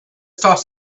toss